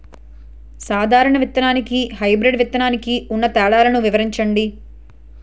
సాధారణ విత్తననికి, హైబ్రిడ్ విత్తనానికి ఉన్న తేడాలను వివరించండి?